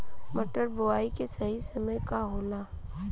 मटर बुआई के सही समय का होला?